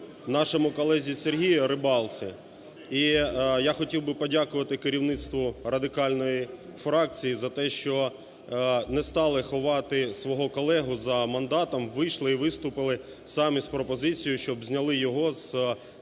нашому колезі Сергію Рибалці. І я хотів би подякувати керівництву Радикальної фракції, що не стали ховати свого колегу за мандатом, вийшли і виступили самі з пропозицією, щоб зняли його з керівника